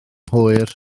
hwyr